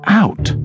out